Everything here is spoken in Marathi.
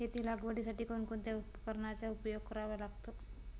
शेती लागवडीसाठी कोणकोणत्या उपकरणांचा उपयोग करावा लागतो?